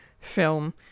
film